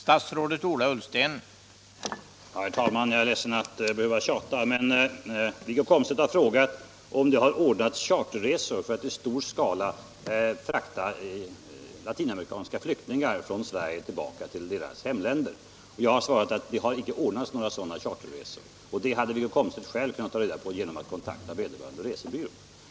Herr talman! Jag är ledsen att behöva tjata, men Wiggo Komstedt har frågat om det har ordnats charterresor för att i stor skala frakta latinamerikanska flyktingar från Sverige tillbaka till deras hemländer. Jag har svarat för det första att det har icke ordnats några sådana resor och att Wiggo Komstedt själv hade kunnat ta reda på det genom att kontakta vederbörande resebyrå.